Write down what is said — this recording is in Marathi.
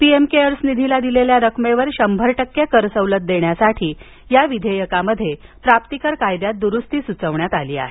पीएम केअर्स निधीला दिलेल्या रकमेवर शंभर टक्के कर सवलत देण्यासाठी या विधेयकामध्ये प्राप्तीकर कायद्यात द्रुस्ती सूचवण्यात आली आहे